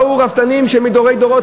באו רפתנים שהם רפתנים מדורי דורות,